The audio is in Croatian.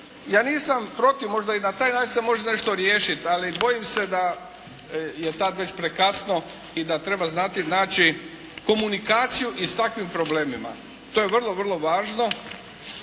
Ja nisam protiv, možda i na taj način se može nešto riješiti, ali bojim se da je tad već prekasno i da treba znati naći komunikaciju i s takvim problemima. To je vrlo, vrlo važno.